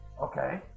Okay